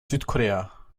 südkorea